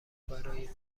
برای